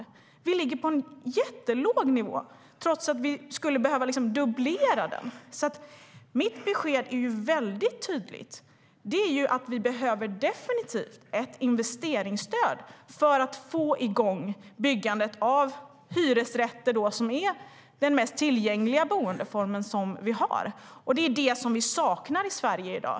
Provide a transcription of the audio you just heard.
Sverige ligger på en jättelåg nivå trots att vi skulle behöva dubblera den. Mitt besked är tydligt: Vi behöver definitivt ett investeringsstöd för att få igång byggandet av hyresrätter, som är den mest tillgängliga boendeform vi har. Det är det som vi saknar i Sverige i dag.